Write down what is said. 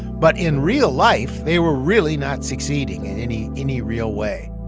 but in real life, they were really not succeeding in any any real way